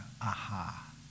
aha